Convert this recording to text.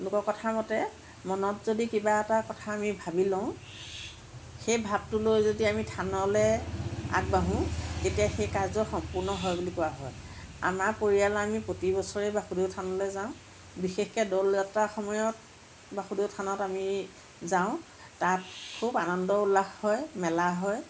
লোক কথামতে মনত যদি কিবা এটা কথা আমি ভাবি লওঁ সেই ভাবটো লৈ যদি আমি থানলৈ আগবাঢ়ো তেতিয়া সেই কাৰ্য সম্পূৰ্ণ হয় বুলি কোৱা হয় আমাৰ পৰিয়ালে আমি প্ৰতিবছৰে বাসুদেও থানলৈ যাওঁ বিশেষকে দৌল যাত্ৰাৰ সময়ত বাসুদেও থানত আমি যাওঁ তাত খুব আনন্দ উল্লাহ হয় মেলা হয়